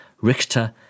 Richter